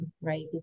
right